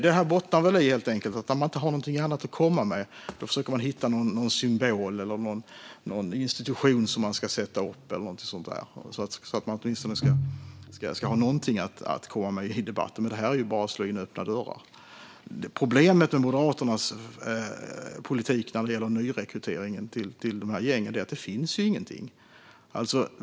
Det här bottnar väl i att man när man inte har någonting annat att komma med försöker att hitta någon symbol eller någon institution som man ska sätta upp, så att man åtminstone ska ha någonting att komma med i debatten. Men det här är ju bara att slå in öppna dörrar. Problemet med Moderaternas politik när det gäller nyrekryteringen till gängen är att det inte finns någonting.